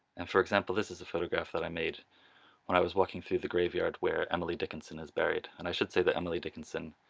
and for example this is a photograph that i made when i was walking through the graveyard where emily dickinson is buried, and i should say that emily dickinson